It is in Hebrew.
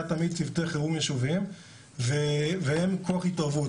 תמיד צוותי חירום ישוביים והם כח ההתערבות.